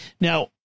Now